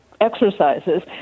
exercises